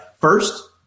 First